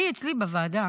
אצלי בוועדה